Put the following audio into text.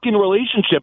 relationship